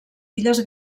illes